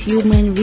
Human